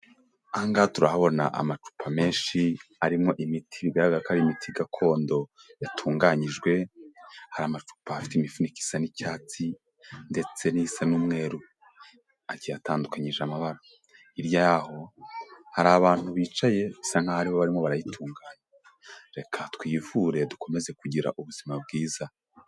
Aha ngaha turahabona amacupa menshi arimo imiti, bigaragara ko ari imiti gakondo yatunganyijwe, hari amacupa afite imifuniko isa n'icyatsi, ndetse n'isa n'umweru, agiye atandukanyije amabara, hirya yaho hari abantu bicaye, bisa nk'aho aribo barimo barayitunganya, reka twivure dukomeze kugira ubuzima bwiza.